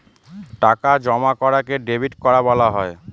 টাকা জমা করাকে ডেবিট করা বলা হয়